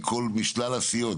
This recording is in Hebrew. משלל הסיעות.